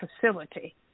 facility